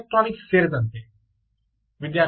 electronics ಸೇರಿದಂತೆ